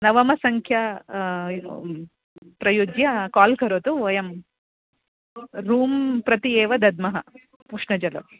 नवमसङ्ख्या प्रयुज्य काल् करोतु वयं रूम् प्रति एव दद्मः उष्णजलम्